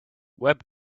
web